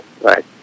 right